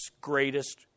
greatest